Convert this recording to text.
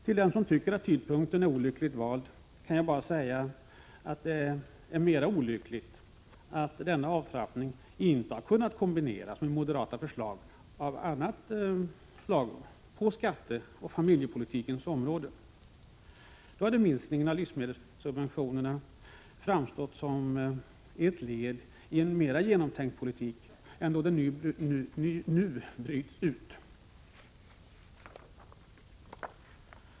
Till dem som tycker att tidpunkten är olyckligt vald kan jag bara säga att det är mera olyckligt att denna avtrappning inte har kunnat kombineras med moderata förslag av annat slag på skatteoch familjepolitikens område. Då hade minskningen av livsmedelssubventionerna framstått som ett led i en mera genomtänkt politik än den nu gör då den bryts ut.